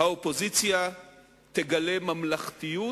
האופוזיציה תגלה ממלכתיות.